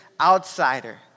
outsider